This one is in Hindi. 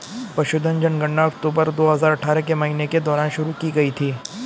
पशुधन जनगणना अक्टूबर दो हजार अठारह के महीने के दौरान शुरू की गई थी